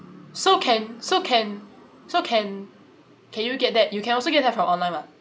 so can so can so can can you get that you can also get from online [what]